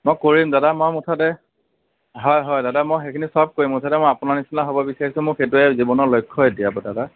মই কৰিম দাদা মই মুঠতে হয় হয় দাদা মই সেইখিনি চব কৰিম মুঠতে মই আপোনাৰ নিচিনা হ'ব বিচাৰিছোঁ মোক সেইটোৱে জীৱনৰ লক্ষ্যই এতিয়াতো দাদা